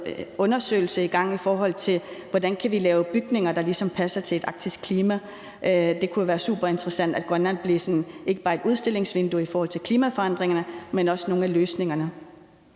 undersøgelse i gang i forhold til, hvordan vi kan lave bygninger, der ligesom passer til et arktisk klima. Det kunne være superinteressant, at Grønland ikke bare blev sådan et udstillingsvindue i forhold til klimaforandringerne, men også i forhold til nogle af løsningerne.